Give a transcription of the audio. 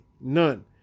None